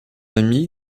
ami